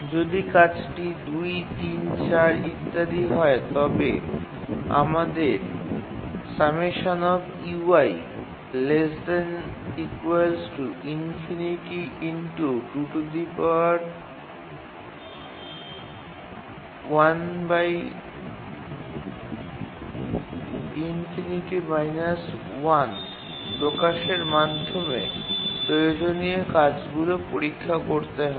যদি কাজটি ২ ৩ ৪ ইত্যাদি হয় তবে আমাদের প্রকাশের মাধ্যমে প্রয়োজনীয় কাজগুলি পরীক্ষা করতে হবে